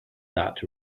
that